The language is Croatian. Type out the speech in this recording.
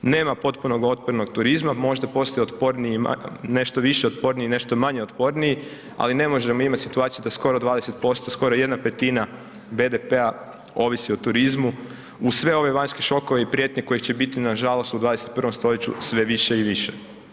Nema potpunog otpornog turizma, možda postaje otporniji i nešto više otporniji, nešto manje otporniji ali ne možemo imati situaciju da skoro 20%, skoro 1/5 BDP-a ovisi o turizmu uz sve ove vanjske šokove i prijetnji kojih će biti nažalost u 21. st. sve više i više.